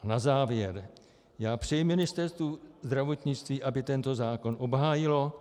Na závěr přeji Ministerstvu zdravotnictví, aby tento zákon obhájilo.